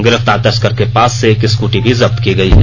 गिरफ्तार तस्कर के पास से एक स्कूटी भी जब्त की गयी है